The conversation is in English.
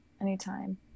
anytime